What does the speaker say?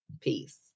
Peace